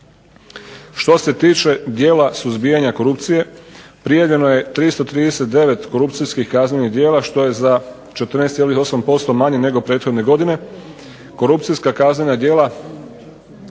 Što se tiče djela suzbijanja korupcije prijavljeno je 339 korupcijskih kaznenih djela što je za 14,8% manje nego prethodne godine.